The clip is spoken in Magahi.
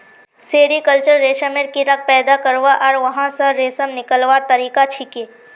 सेरीकल्चर रेशमेर कीड़ाक पैदा करवा आर वहा स रेशम निकलव्वार तरिका छिके